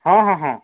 ହଁ ହଁ ହଁ